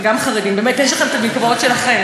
באמת, יש לכם מקוואות שלכם.